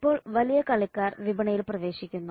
ഇപ്പോൾ വലിയ കളിക്കാർ വിപണിയിൽ പ്രവേശിക്കുന്നു